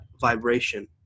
vibration